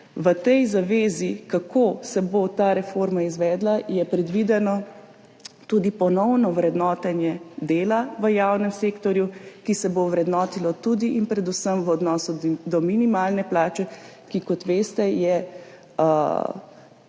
V tej zavezi, kako se bo ta reforma izvedla, je predvideno tudi ponovno vrednotenje dela v javnem sektorju, ki se bo vrednotilo tudi in predvsem v odnosu do minimalne plače, ki, kot veste, predstavlja